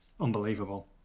unbelievable